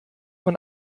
man